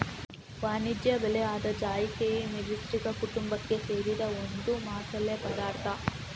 ವಾಣಿಜ್ಯ ಬೆಳೆ ಆದ ಜಾಯಿಕಾಯಿ ಮಿರಿಸ್ಟಿಕಾ ಕುಟುಂಬಕ್ಕೆ ಸೇರಿದ ಒಂದು ಮಸಾಲೆ ಪದಾರ್ಥ